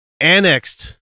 annexed